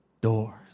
Doors